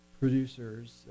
producers